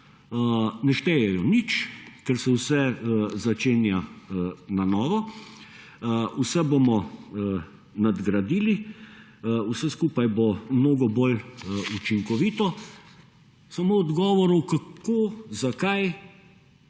ne štejejo nič, ker se vse začenja na novo. Vse bomo nadgradili, vse skupaj bo mnogo bolj učinkovito, samo odgovorov kako, zakaj,